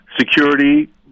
Security